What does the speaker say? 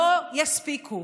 לא יספיקו.